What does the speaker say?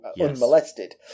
unmolested